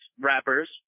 rappers